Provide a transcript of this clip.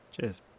Cheers